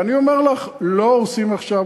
ואני אומר לך: לא הורסים עכשיו,